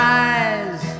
eyes